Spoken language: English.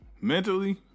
mentally